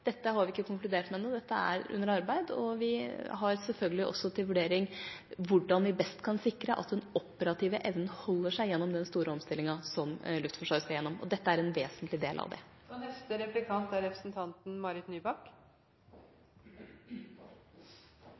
Dette har vi ikke konkludert med ennå, dette er under arbeid, og vi har selvfølgelig også til vurdering hvordan vi best kan sikre at den operative evnen holder seg gjennom den store omstillingen som Luftforsvaret skal gjennom. Dette er en vesentlig del av det. Jeg hører og